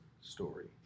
story